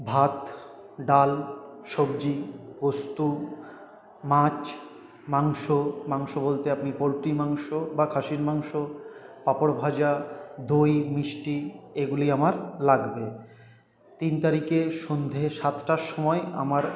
ভাত ডাল সবজি পোস্ত মাছ মাংস মাংস বলতে আপনি পোলট্রির মাংস বা খাসির মাংস পাঁপড় ভাজা দই মিষ্টি এগুলি আমার লাগবে তিন তারিখে সন্ধ্যে সাতটার সময়ে আমার